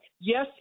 Yes